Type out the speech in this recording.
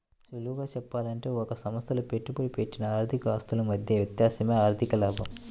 సులువుగా చెప్పాలంటే ఒక సంస్థలో పెట్టుబడి పెట్టిన ఆర్థిక ఆస్తుల మధ్య వ్యత్యాసమే ఆర్ధిక లాభం